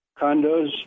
condos